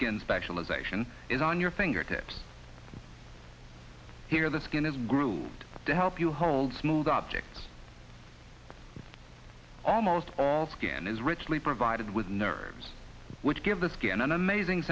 skin specialisation is on your fingertips here the skin is grooved to help you hold smooth objects almost all skin is richly provided with nerves which give the skin an amazing